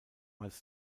als